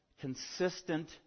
consistent